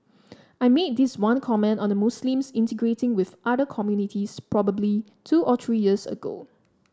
I made this one comment on the Muslims integrating with other communities probably two or three years ago